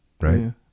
right